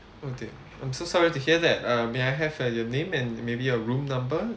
oh dear I'm so sorry to hear that uh may I have uh your name and maybe a room number